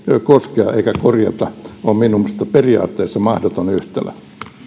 koskea eikä korjata on minun mielestäni periaatteessa mahdoton yhtälö